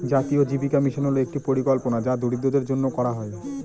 জাতীয় জীবিকা মিশন হল একটি পরিকল্পনা যা দরিদ্রদের জন্য করা হয়